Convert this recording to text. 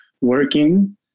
working